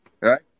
Right